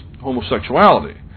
homosexuality